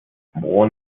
born